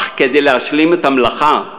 אך כדי להשלים את המלאכה,